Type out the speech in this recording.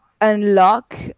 unlock